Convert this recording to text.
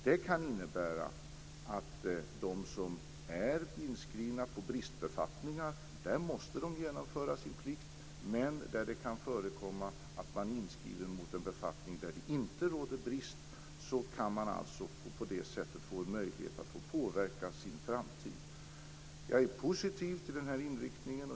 Det kan innebära att de som är inskrivna på bristbefattningar måste genomföra sin plikt. Men där det kan tillkomma att man är inskriven på en befattning där det inte råder brist kan man på det sättet få en möjlighet att påverka sin framtid. Jag är positiv till den här inriktningen.